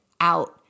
out